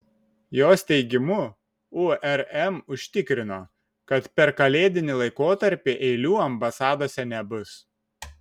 jos teigimu urm užtikrino kad per kalėdinį laikotarpį eilių ambasadose nebus